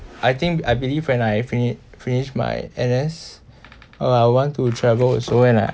I think I believe when I fini~ finish my N_S oh I want to travel also